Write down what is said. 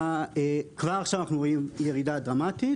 כבר עכשיו אנחנו רואים ירידה דרמטית.